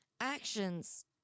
actions